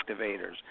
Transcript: activators